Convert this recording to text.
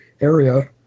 area